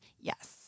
Yes